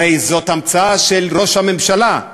הרי זאת המצאה של ראש הממשלה,